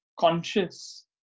conscious